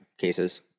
cases